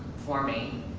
for me.